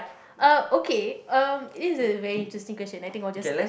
uh okay um this is a very interesting question I think I will just